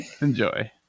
Enjoy